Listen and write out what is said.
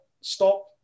Stop